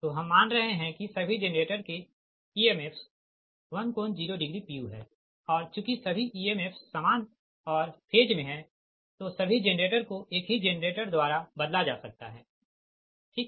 तो हम मान रहे हैं कि सभी जेनरेटर के emfs 1∠0pu है और चूंकि सभी emf's इएमएफ्स समान और फेज मे है तो सभी जेनरेटर को एक ही जेनरेटर द्वारा बदला जा सकता है ठीक